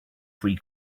free